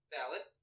Valid